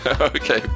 Okay